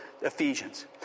Ephesians